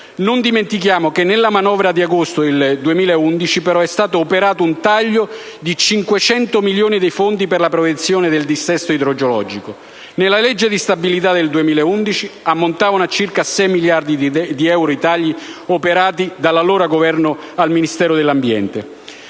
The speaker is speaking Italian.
Non dimentichiamo che nella manovra di agosto 2011, però, è stato operato un taglio di 500 milioni di fondi per la prevenzione del dissesto idrogeologico. Nella legge di stabilità 2011 ammontavano a circa 6 miliardi di euro i tagli operati dall'allora Governo al Ministero dell'ambiente,